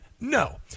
No